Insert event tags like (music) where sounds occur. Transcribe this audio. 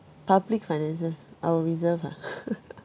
public finances our reserve ah (laughs)